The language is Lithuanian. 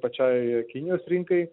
pačiai kinijos rinkai